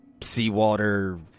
seawater